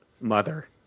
mother